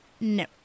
No